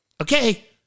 Okay